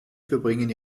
verbringen